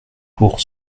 pour